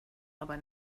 aber